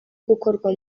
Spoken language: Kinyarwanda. gukorwa